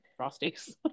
frosties